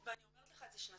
ואני אומרת לך את זה שנתיים,